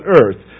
earth